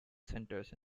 centers